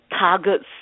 targets